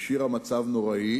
השאירה מצב נוראי,